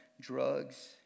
drugs